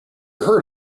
heard